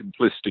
simplistic